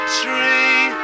tree